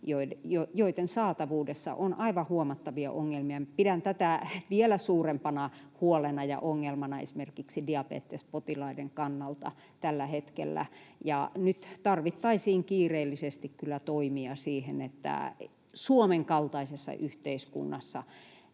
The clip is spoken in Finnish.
joiden saatavuudessa on aivan huomattavia ongelmia. Pidän tätä vielä suurempana huolena ja ongelmana esimerkiksi diabetespotilaiden kannalta tällä hetkellä. Nyt tarvittaisiin kiireellisesti kyllä toimia siihen, että Suomen kaltaisessa yhteiskunnassa